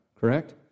correct